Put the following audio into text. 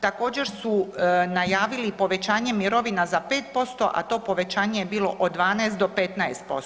Također su najavili povećanje mirovina za 5%, a to povećanje je bilo od 12 do 15%